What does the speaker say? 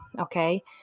okay